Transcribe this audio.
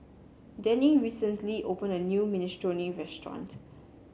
Danny recently opened a new Minestrone restaurant